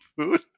food